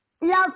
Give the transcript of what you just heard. love